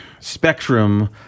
Spectrum